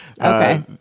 Okay